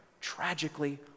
tragically